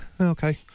okay